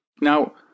Now